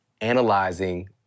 analyzing